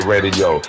Radio